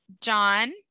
John